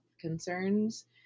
concerns